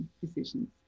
Decisions